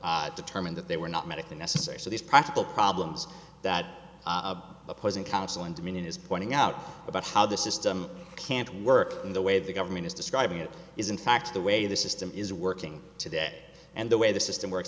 determine that they were not medically necessary so these practical problems that opposing counsel and dominion is pointing out about how the system can't work the way the government is describing it is in fact the way the system is working today and the way the system works